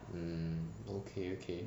mm okay okay